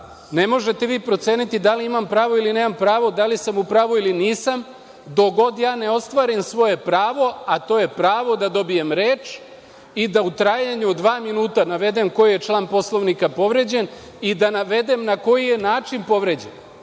Ne možete vi proceniti da li imam pravo ili nemam pravo, da li sam u pravu ili nisam dok god ja ne ostvarim svoje pravo, a to je pravo da dobijem reč i da u trajanju od dva minuta navedem koji je član Poslovnika povređen i da navedem na koji je način povređen.